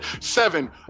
seven